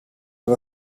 our